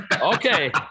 Okay